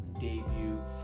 debut